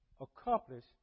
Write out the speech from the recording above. accomplish